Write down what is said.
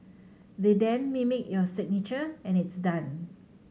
they then mimic your signature and it's done